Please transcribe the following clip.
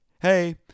Hey